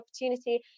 opportunity